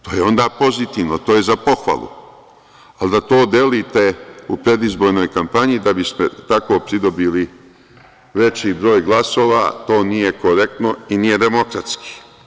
To je onda pozitivno, to je za pohvalu, ali da to delite u predizbornoj kampanji da biste tako pridobili veći broj glasova, nije korektno i nije demokratski.